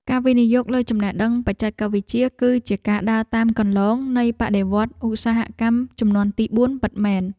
ការវិនិយោគលើចំណេះដឹងបច្ចេកវិទ្យា គឺជាការដើរតាមគន្លងនៃបដិវត្តឧស្សាហកម្មជំនាន់ទីបួនពិតមែន។